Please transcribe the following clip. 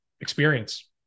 experience